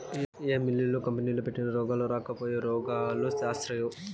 ఏ మిల్లులు, కంపెనీలు పెట్టినా ఉద్యోగాలు రాకపాయె, రోగాలు శాస్తాయే